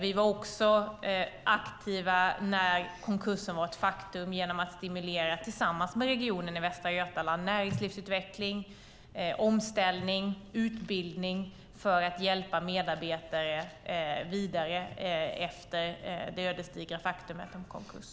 Vi var aktiva när konkursen var ett faktum genom att tillsammans med regionen i Västra Götaland stimulera näringslivsutveckling, omställning, utbildning för att hjälpa medarbetare att komma vidare efter det ödesdigra beslutet om konkurs.